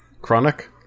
Chronic